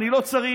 אני לא צריך,